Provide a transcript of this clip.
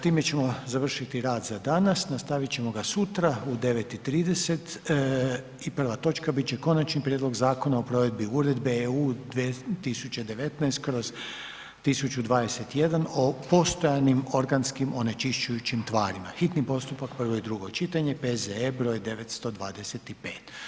Time ćemo završiti rad za danas, nastavit ćemo ga sutra u 9,30 i prva točka bit će Konačni prijedlog Zakona o provedbi EU 2019/1021 o postojanim organskim onečišćujućim tvarima, hitni postupak, prvo i drugo čitanje, P.Z.E. br. 925.